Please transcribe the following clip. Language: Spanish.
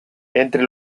entre